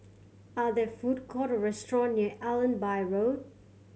are there food court restaurant near Allenby Road